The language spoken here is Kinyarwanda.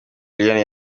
liliane